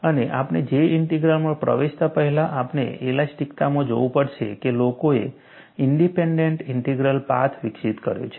અને આપણે J ઇન્ટિગ્રલમાં પ્રવેશતા પહેલા આપણે ઇલાસ્ટિકતામાં જોવું પડશે કે લોકોએ ઇન્ડીપેન્ડન્ટ ઇન્ટિગ્રલ પાથ વિકસિત કર્યો છે